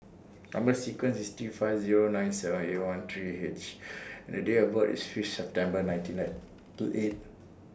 Number sequence IS T five Zero nine seven eight one three H and The Date of birth IS Fifth September nineteen ninety eight